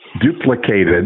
duplicated